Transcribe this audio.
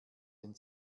den